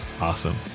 Awesome